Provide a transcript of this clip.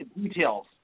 details